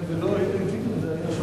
לכן, זאת לא הילרי קלינטון, זה אריאל שרון.